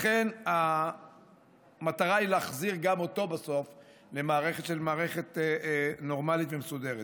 לכן המטרה היא להחזיר גם אותו בסוף למערכת נורמלית ומסודרת.